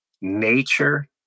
nature